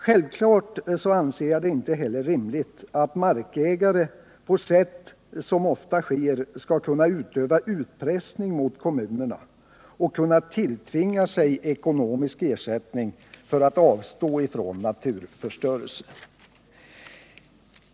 Självfallet anser jag det heller inte rimligt att markägare på sätt som ofta sker skall kunna utöva utpressning mot kommunerna och kunna tilltvinga sig ekonomisk ersättning för att avstå från naturförstörelse.